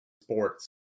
sports